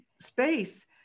space